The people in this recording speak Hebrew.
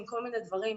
עם כל מיני דברים,